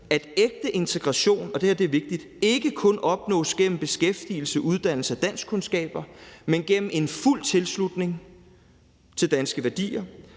at ægte integration ikke kun opnås gennem beskæftigelse, uddannelse og danskkundskaber, men gennem en fuld tilslutning til danske værdier.